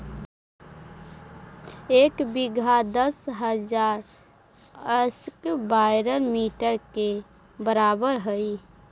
एक बीघा दस हजार स्क्वायर मीटर के बराबर हई